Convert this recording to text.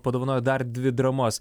padovanojo dar dvi dramas